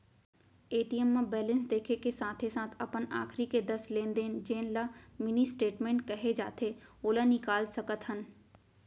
ATM म balance देखे के साथे साथ अपन आखरी के दस लेन देन जेन ल मिनी स्टेटमेंट कहे जाथे ओला निकाल सकत हन